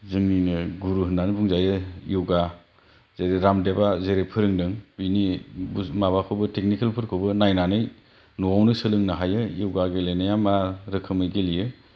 जोंनिनो गुरु होननानै बुंजायो योगा रामदेबआ जेरै फोरोंदों बिनि टेकनिकेल फोरखौबो नायनानै न'आवनो सोलोंनो हायो योगा गेलेनाया मा रोखोमनि गेलेयो